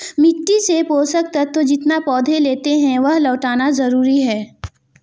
मिट्टी से पोषक तत्व जितना पौधे लेते है, वह लौटाना जरूरी है